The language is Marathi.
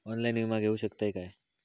ऑनलाइन विमा घेऊ शकतय का?